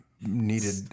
needed